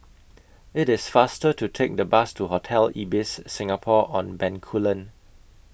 IT IS faster to Take The Bus to Hotel Ibis Singapore on Bencoolen